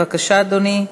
בבקשה, אדוני,